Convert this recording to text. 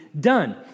done